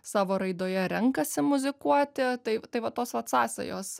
savo raidoje renkasi muzikuoti tai tai vat sąsajos